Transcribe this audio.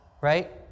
right